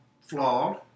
flawed